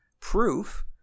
proof